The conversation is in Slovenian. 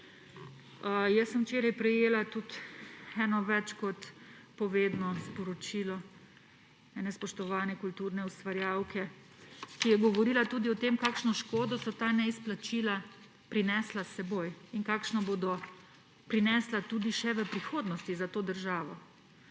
Jaz sem včeraj prejela tudi eno več kot povedno sporočilo ene spoštovane kulturne ustvarjalke, ki je govorila tudi o tem, kakšno škodo so ta neizplačila prinesla s seboj in kakšno škodo bodo prinesla tudi še v prihodnosti za to državo.